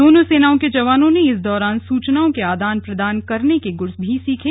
दोनों सेनाओ के जवानों ने इस दौरान सूचनाओं के आदान प्रदान करने के गुर भी सीखे